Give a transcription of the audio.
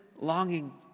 longing